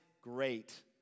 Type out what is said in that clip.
great